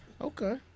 Okay